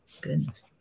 goodness